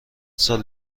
سال